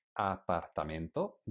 apartamento